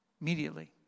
Immediately